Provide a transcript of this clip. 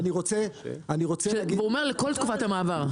אני רוצה לגמור --- והוא אומר לכל תקופת המעבר.